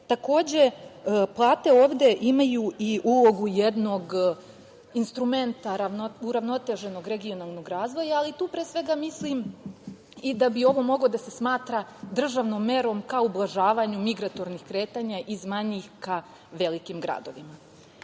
plate. Plate ovde imaju i ulogu jednog instrumenta uravnoteženog regionalnog razvoja, ali tu pre svega mislim i da bi ovo moglo da se smatra državnom merom ka ublažavanju migratornih kretanja iz manjih ka velikim gradovima. Kao